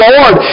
Lord